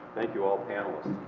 thank you all panelists.